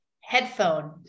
headphone